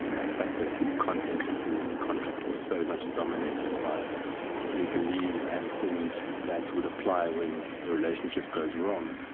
that fact that the content of the contract was so much dominated by legalese and things that would apply when the relationship goes wrong,